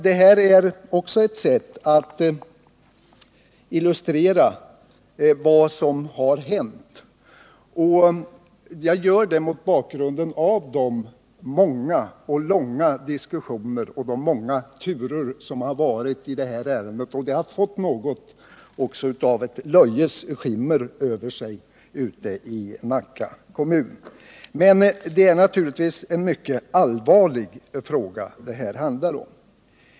Detta är också ett sätt att illustrera vad som har hänt, och jag väljer det mot bakgrunden av de många och långa diskussioner och de många turer som har förevarit i detta ärende. Det har fått något av ett löjets skimmer över sig i Nacka kommun, men det är naturligtvis en mycket allvarlig fråga som det handlar om.